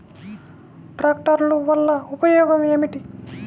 ట్రాక్టర్ల వల్ల ఉపయోగం ఏమిటీ?